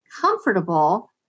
comfortable